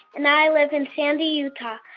and i live in sandy, utah.